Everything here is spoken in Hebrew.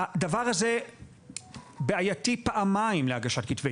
הדבר הזה בעייתי פעמיים להגשת כתבי